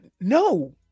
no